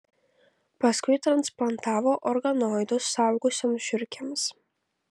paskui transplantavo organoidus suaugusioms žiurkėms